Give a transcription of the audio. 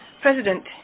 President